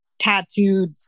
tattooed